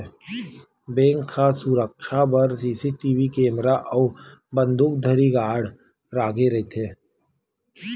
bank ह सुरक्छा बर सीसीटीवी केमरा अउ बंदूकधारी गार्ड राखे रहिथे